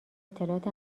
اطلاعات